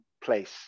place